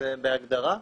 זה בהגדרה.